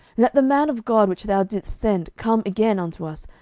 let the man of god which thou didst send come again unto us,